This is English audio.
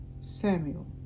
Samuel